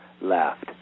left